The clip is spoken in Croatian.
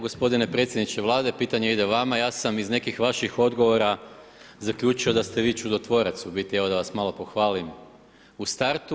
Gospodine predsjedniče Vlade, pitanje ide vama, ja sam izu nekih vaših odgovora zaključio da ste vi čudotvorac, u biti evo da vas malo pohvalim u startu.